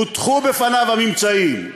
הוטחו בפניו הממצאים.